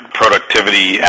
productivity